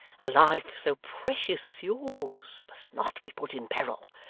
a life so precious yours must not be put in peril.